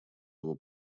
его